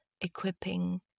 equipping